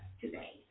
today